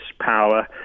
power